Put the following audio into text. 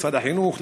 משרד החינוך,